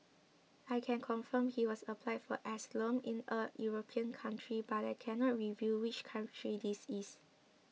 I can confirm he has applied for asylum in a European country but I cannot reveal which country this is